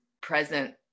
present